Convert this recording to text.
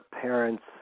parents